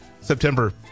September